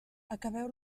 acabeu